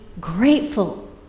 grateful